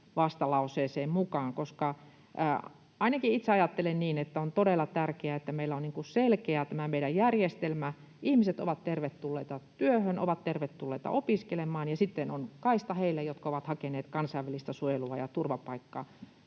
hylkäysvastalauseeseen mukaan. Ainakin itse ajattelen niin, että on todella tärkeää, että tämä meidän järjestelmämme on selkeä. Ihmiset ovat tervetulleita työhön, ovat tervetulleita opiskelemaan, ja sitten on kaista heille, jotka ovat hakeneet kansainvälistä suojelua ja turvapaikkaa.